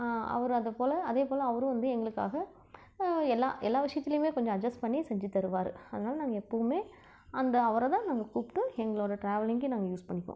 அவர் அதைப் போல் அதேப் போல் அவரும் வந்து எங்களுக்காக எல்லா எல்லா விஷயத்துலியுமே கொஞ்சம் அஜெஸ் பண்ணி செஞ்சு தருவார் அதனால் நாங்கள் எப்பவுமே அந்த அவரைதான் நாங்கள் கூப்பிட்டு எங்களோடய ட்ராவலிங்குக்கு நாங்கள் யூஸ் பண்ணிக்குவோம்